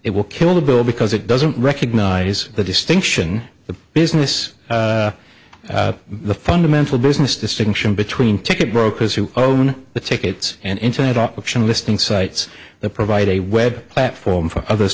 it will kill the bill because it doesn't recognize the distinction the business the fundamental business distinction between ticket brokers who own the tickets and internet auction listing sites that provide a web platform for others